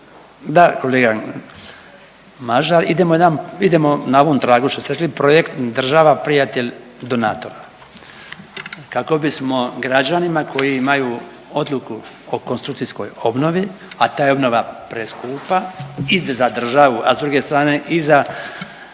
Mažar, idemo jedan, idemo na ovog tragu što ste rekli, projekt država prijatelj donator kako bismo građanima koji imaju odluku o konstrukcijskoj obnovi, a ta je obnova preskupa i za državu, a za druge strane i za